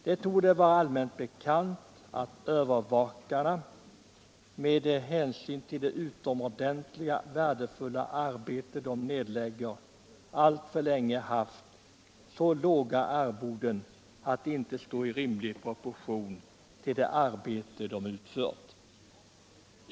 Det torde vara allmänt bekant att övervakarna —- med hänsyn till det utomordentligt värdefulla arbete de nedlägger — alltför länge haft så låga arvoden att dessa inte står i rimlig proportion till det arbete de utfört.